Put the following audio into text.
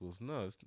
No